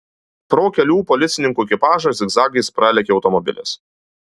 pro kelių policininkų ekipažą zigzagais pralekia automobilis